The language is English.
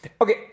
Okay